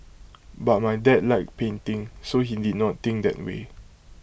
but my dad liked painting so he did not think that way